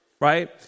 right